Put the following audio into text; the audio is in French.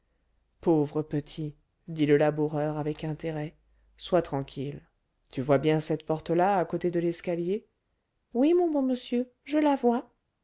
pauvre petit dit le laboureur avec intérêt sois tranquille tu vois bien cette porte là à côté de l'escalier oui mon bon monsieur je la vois